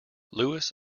lewis